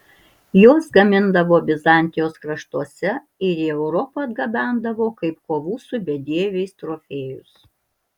juos gamindavo bizantijos kraštuose ir į europą atgabendavo kaip kovų su bedieviais trofėjus